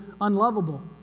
Unlovable